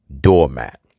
doormat